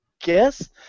guess